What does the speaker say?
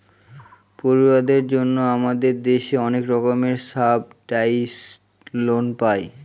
পড়ুয়াদের জন্য আমাদের দেশে অনেক রকমের সাবসিডাইসড লোন পায়